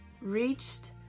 reached